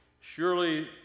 Surely